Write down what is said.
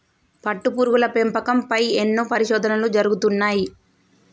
పట్టుపురుగుల పెంపకం పై ఎన్నో పరిశోధనలు జరుగుతున్నాయి